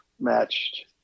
matched